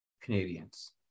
Canadians